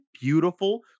beautiful